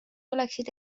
oleksid